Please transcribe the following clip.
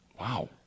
Wow